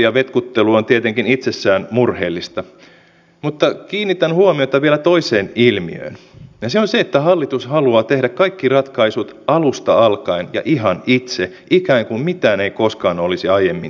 nyt kun on puhuttu tutkimuksesta ja tutkimuksen vertailun puutteesta kun tehdään päätöksiä paikallisesta sopimisesta pitäisikö vähän verrata mitä esimerkiksi ruotsissa tai saksassa on tapahtunut kun tätä paikallista sopimista on lähdetty lisäämään